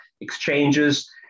exchanges